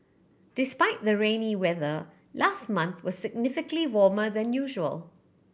despite the rainy weather last month was significantly warmer than usual